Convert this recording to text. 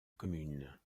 commune